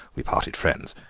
we parted friends.